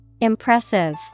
Impressive